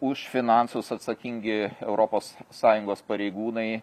už finansus atsakingi europos sąjungos pareigūnai